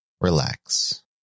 relax